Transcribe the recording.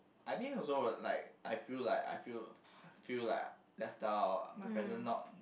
I think it also like I feel like I feel feel like left out my presence not